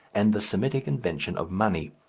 and the semitic invention of money.